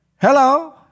Hello